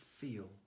feel